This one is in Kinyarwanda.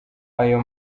ayo